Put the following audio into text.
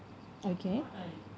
okay